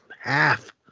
half